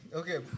okay